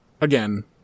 again